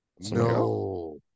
No